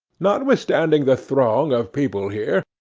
notwithstanding the throng of people here,